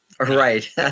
Right